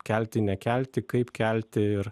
kelti nekelti kaip kelti ir